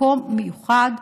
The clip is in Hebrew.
מקום מיוחד,